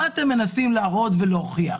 מה אתם מנסים להראות ולהוכיח?